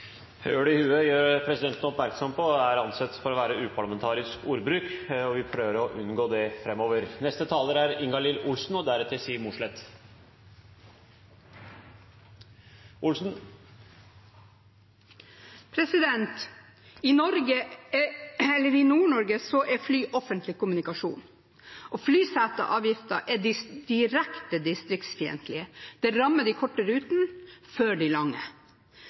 i hue» gjør presidenten oppmerksom på at er å anse som å være uparlamentarisk ordbruk, og vi prøver å unngå det framover. I Nord-Norge er fly offentlig kommunikasjon, og flyseteavgiften er direkte distriktsfiendtlig. Den rammer de korte rutene før de lange.